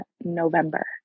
November